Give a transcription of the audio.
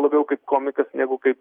labiau kaip komikas negu kaip